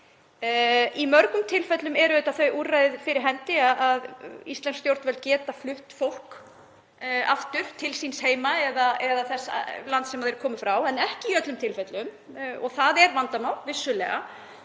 Í mörgum tilfellum eru auðvitað þau úrræði fyrir hendi að íslensk stjórnvöld geta flutt fólk aftur til síns heima eða þessa lands sem það kom frá en ekki í öllum tilfellum og það er vandamál, vissulega.